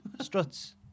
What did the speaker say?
Struts